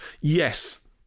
yes